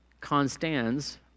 Constans